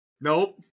Nope